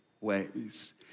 ways